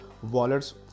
wallets